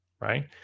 right